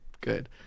Good